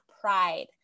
pride